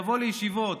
לבוא לישיבות,